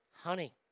Honey